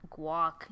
guac